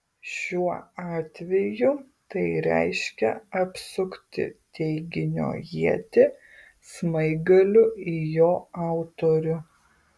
šiuo atveju tai reiškia apsukti teiginio ietį smaigaliu į jo autorių